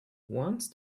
once